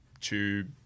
tube